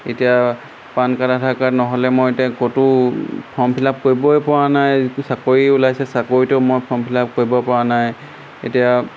এতিয়া PAN card Aadhaar card নহ'লে মই এতিয়া ক'তো ফৰ্ম ফিলাপ কৰিবই পৰা নাই চাকৰি ওলাইছে চাকৰিটো মই ফৰ্ম ফিলাপ কৰিব পৰা নাই এতিয়া